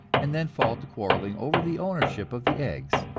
and then fall to quarrelling over the ownership of the eggs,